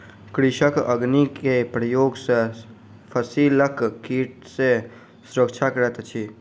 कृषक अग्नि के प्रयोग सॅ फसिलक कीट सॅ सुरक्षा करैत अछि